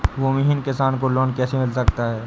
भूमिहीन किसान को लोन कैसे मिल सकता है?